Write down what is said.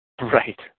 Right